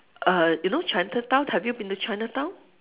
uh you know chinatown have you been to chinatown